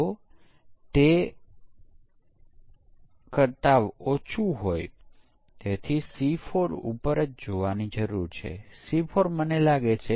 hardware પરીક્ષણ એ software પરીક્ષણ કરતાં વધુ સરળ કાર્ય છે કારણ કે સોફ્ટવેરમાં આપણે જે ભૂલોને દૂર કરવાનો પ્રયાસ કરી રહ્યા છીએ તે વિવિધ પ્રકારની હોઈ શકે છે